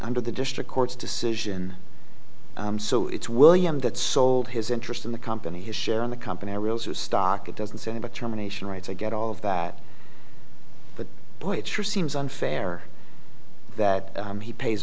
under the district court's decision so it's william that sold his interest in the company his share in the company stock it doesn't send a termination rights i get all of that but boy it sure seems unfair that he pays